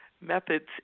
methods